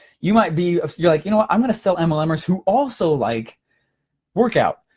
you might be, you're like, you know i'm gonna sell and mlmers who also like workout.